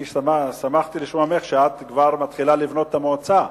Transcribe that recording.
אני שמחתי לשמוע ממך שאת כבר מתחילה לבנות את המועצה,